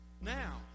now